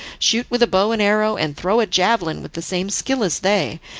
shoot with a bow and arrow, and throw a javelin with the same skill as they,